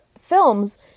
films